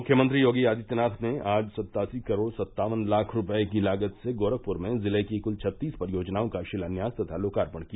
मुख्यमंत्री योगी आदित्यनाथ ने आज सत्तासी करोड़ सत्तावन लाख रूपये की लागत से गोरखपुर में जिले की कुल छत्तीस परियोजनाओं का शिलान्यास तथा लोकार्पण किया